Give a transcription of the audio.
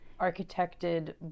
architected